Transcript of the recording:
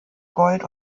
gold